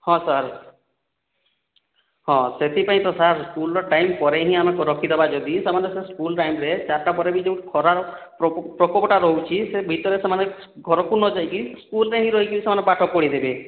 ହଁ ସାର୍ ହଁ ସେଥିପାଇଁ ତ ସାର୍ ସ୍କୁଲ୍ର ଟାଇମ୍ ପରେ ହିଁ ଆମେ ରଖିଦେବା ଯଦି ସେମାନେ ସେ ସ୍କୁଲ୍ ଟାଇମ୍ରେ ଚାରିଟା ପରେ ଯେଉଁ ଖରାର ପ୍ରକୋପଟା ରହୁଛି ସେ ଭିତରେ ସେମାନେ ଘରକୁ ନ ଯାଇକି ସ୍କୁଲ୍ରେ ହିଁ ରହିକି ସେମାନେ ପାଠ ପଢ଼ିଦେବେ